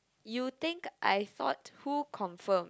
you think I thought who confirm